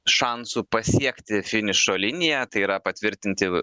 šansų pasiekti finišo liniją tai yra patvirtinti